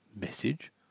Message